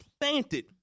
planted